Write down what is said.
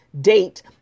date